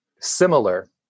similar